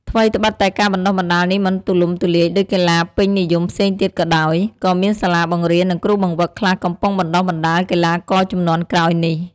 ថ្វីត្បិតតែការបណ្ដុះបណ្ដាលនេះមិនទូលំទូលាយដូចកីឡាពេញនិយមផ្សេងទៀតក៏ដោយ ក៏មានសាលាបង្រៀន និងគ្រូបង្វឹកខ្លះកំពុងបណ្ដុះបណ្ដាលកីឡាករជំនាន់ក្រោយនេះ។